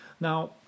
Now